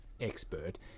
expert